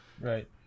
Right